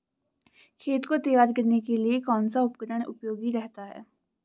खेत को तैयार करने के लिए कौन सा उपकरण उपयोगी रहता है?